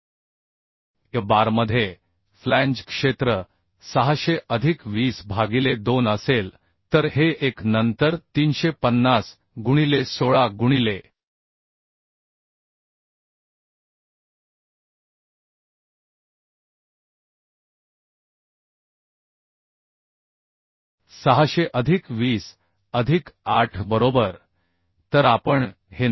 y बारमध्ये flange क्षेत्र 600 अधिक 20 भागिले 2 असेल तर हे 1 नंतर 350 गुणिले 16 गुणिले 600 अधिक 20 अधिक 8 बरोबर तर आपण हे 900